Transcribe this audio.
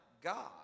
God